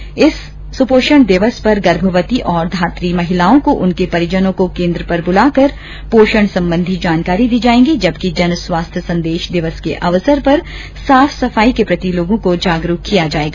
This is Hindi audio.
सूपोषण दिवस पर गर्भवति और धात्री महिलाओं और उनके परिजनों को केन्द्र पर बुलाकर पोषण सम्बन्धी जानकारियां दी जायेंगी जबकि जनस्वास्थ्य संदेश दिवस के अवसर पर साफ सफाई के प्रति लोगों को जागरुक किया जायेगा